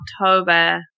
October